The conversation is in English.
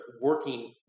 working